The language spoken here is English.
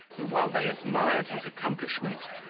who, while they admired his accomplishments,